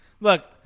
Look